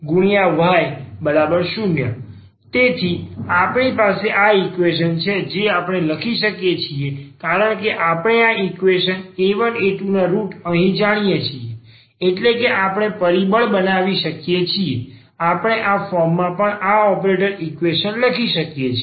D2a1Da2y0 તેથી આપણી પાસે આ ઈક્વેશન છે જે આપણે લખી શકીએ છીએ કારણ કે આપણે આ ઈક્વેશન a1 a2 ના રુટ અહીં જાણીએ છીએ એટલે કે આપણે પરિબળ બનાવી શકીએ છીએ આપણે આ ફોર્મમાં પણ આ ઓપરેટર ઈક્વેશન લખી શકીએ છીએ